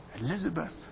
Elizabeth